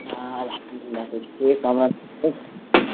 آ الحمدُ اللہ تُہۍ چھُو ٹھیٖک